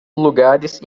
lugares